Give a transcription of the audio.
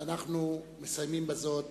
אנחנו מסיימים בזאת